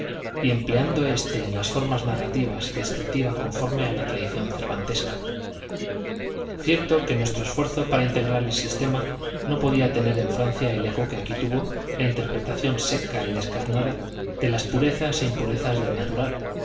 y empleando este en las formas narrativa y descriptiva conforme a la tradición cervantesca cierto que nuestro esfuerzo para integrar el sistema no podía tener en francia el eco que aquí tuvo la interpretación seca y descarnada de las purezas e impurezas del natural